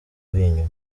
inyuma